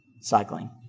cycling